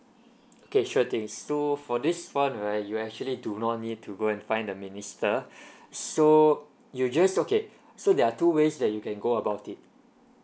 okay sure thing so for this one right you actually do not need to go and find the minister so you just okay so there are two ways that you can go about it